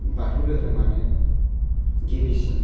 बाथौ दोहोरोमानो गिबिसिन